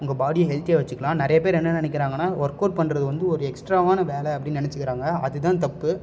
உங்கள் பாடியை ஹெல்த்தியாக வச்சுக்கலாம் நிறைய பேர் என்ன நினைக்கிறாங்கன்னா ஒர்க் அவுட் பண்ணுறது வந்து ஒரு எக்ஸ்ட்ராவான வேலை அப்படின்னு நினச்சிக்கிறாங்க அது தான் தப்பு